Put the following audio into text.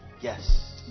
Yes